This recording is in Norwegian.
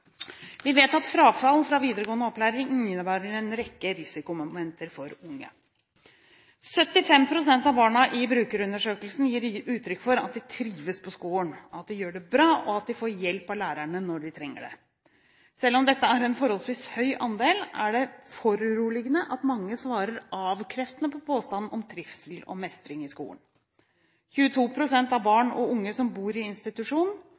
Vi vet at frafall fra videregående opplæring innebærer en rekke risikomomenter for unge. 75 pst. av barna i brukerundersøkelsen gir uttrykk for at de trives på skolen, at de gjør det bra, og at de får hjelp av lærerne når de trenger det. Selv om dette er en forholdsvis høy andel, er det foruroligende at mange svarer avkreftende på påstanden om trivsel og mestring i skolen. 22 pst. av barn og unge som bor i institusjon,